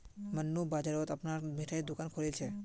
मन्नू बाजारत अपनार मिठाईर दुकान खोलील छ